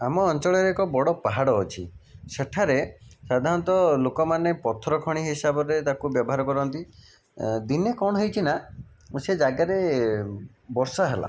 ଆମ ଅଞ୍ଚଳରେ ଏକ ବଡ଼ ପାହାଡ଼ ଅଛି ସେଠାରେ ସାଧାରଣତଃ ଲୋକମାନେ ପଥର ଖଣି ହିସାବରେ ତାକୁ ବ୍ୟବହାର କରନ୍ତି ଦିନେ କଣ ହେଇଛି ନା ସେ ଜାଗାରେ ବର୍ଷା ହେଲା